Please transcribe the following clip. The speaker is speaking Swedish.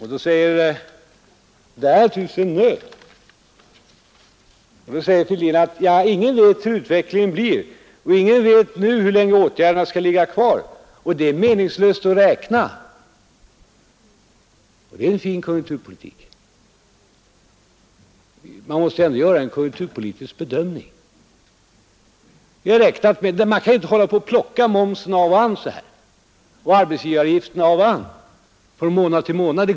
Man säger att det här naturligtvis är en nöt att knäcka och att ingen vet hurudan utvecklingen blir; ingen vet nu hur länge åtgärderna skall ligga kvar, och det är därför meningslöst att räkna. Det är just en fin konjunkturpolitik! Man måste väl ändå göra en konjunkturpolitisk bedömning. Man kan helt enkelt inte hålla på att plocka momsen och arbetstagaravgifterna av och an från månad till månad.